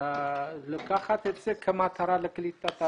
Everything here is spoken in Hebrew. ולקחת את זה כמטרה לקליטת עלייה.